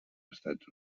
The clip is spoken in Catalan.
estats